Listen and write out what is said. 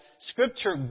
Scripture